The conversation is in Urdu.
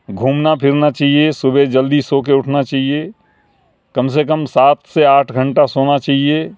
گھومنا پھرنا چاہیے صبح جلدی سو کے اٹھنا چاہیے کم سے کم سات سے آٹھ گھنٹہ سونا چاہیے